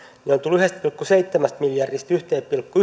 ovat nousseet yhdestä pilkku seitsemästä miljardista yhteen pilkku